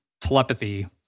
telepathy